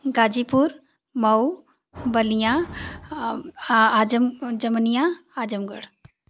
गाज़ीपुर मऊ बलिया आ आज़म जमानिया आज़मगढ़